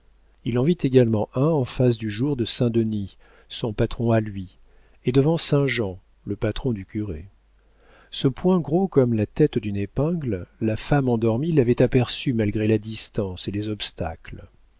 il en vit également un en face du jour de saint denis son patron à lui et devant saint jean le patron du curé ce point gros comme la tête d'une épingle la femme endormie l'avait aperçu malgré la distance et les obstacles